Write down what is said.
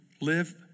live